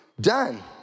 done